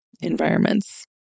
environments